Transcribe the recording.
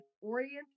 oriented